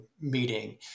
meeting